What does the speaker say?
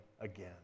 again